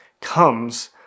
comes